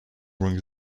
ring